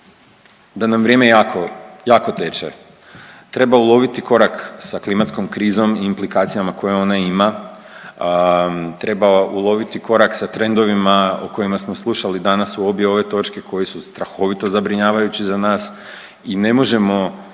da nam vrijeme jako, jako teče, treba uloviti korak sa klimatskom krizom i implikacijama koje ona ima, treba uloviti korak sa trendovima o kojima smo slušali danas u obje ove točke koje su strahovito zabrinjavajuće za nas i ne možemo,